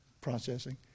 processing